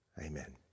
Amen